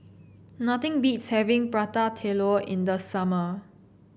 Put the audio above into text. nothing beats having Prata Telur in the summer